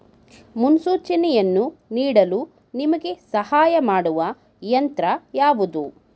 ಮುನ್ಸೂಚನೆಯನ್ನು ನೀಡಲು ನಿಮಗೆ ಸಹಾಯ ಮಾಡುವ ಯಂತ್ರ ಯಾವುದು?